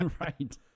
right